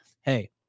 hey